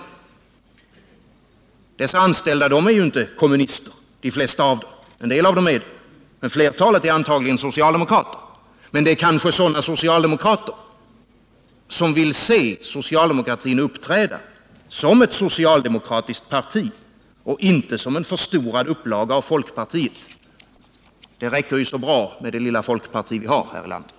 De flesta av dessa anställda är inte kommunister — en del av dem är det — men flertalet är antagligen socialdemokrater, men det är kanske sådana socialdemokrater som vill se socialdemokratin uppträda som ett socialdemokratiskt parti och inte som en förstorad upplaga av folkpartiet. Det räcker ju så bra med det lilla folkpartiet vi har här i landet.